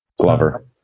Glover